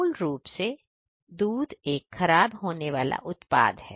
मूल रूप से दूध एक खराब होने वाला उत्पाद है